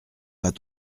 pas